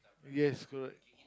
yes correct